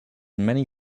many